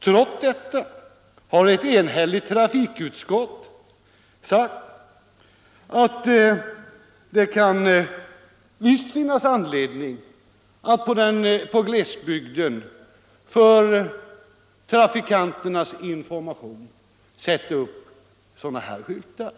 Trots detta har ett enhälligt trafikutskott sagt att det visst kan finnas anledning att för trafikanternas information i glesbygden sätta upp sådana här skyltar.